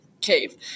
Cave